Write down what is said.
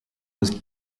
was